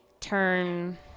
turn